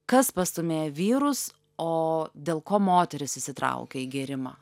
kas pastūmėja vyrus o dėl ko moterys įsitraukia į gėrimą